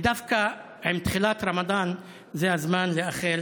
ודווקא עם תחילת הרמדאן, זה הזמן לאחל